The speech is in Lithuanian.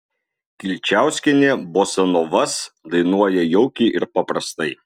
kilčiauskienė bosanovas dainuoja jaukiai ir paprastai